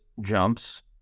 jumps